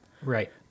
Right